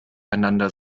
einander